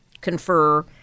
confer